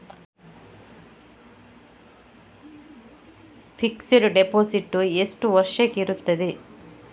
Fixed deposit ಎಷ್ಟು ವರ್ಷಕ್ಕೆ ಇರುತ್ತದೆ?